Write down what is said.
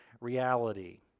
reality